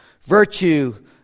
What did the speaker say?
virtue